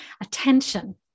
attention